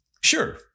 Sure